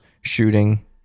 shooting